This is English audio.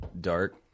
dark